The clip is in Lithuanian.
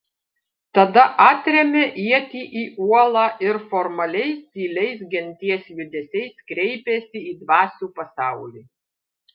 tada atrėmė ietį į uolą ir formaliais tyliais genties judesiais kreipėsi į dvasių pasaulį